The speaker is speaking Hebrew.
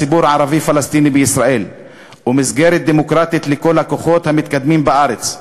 הציבור הערבי-פלסטיני בישראל ומסגרת דמוקרטית לכל הכוחות המתקדמים בארץ.